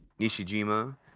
Nishijima